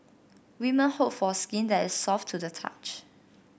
women hope for skin that is soft to the touch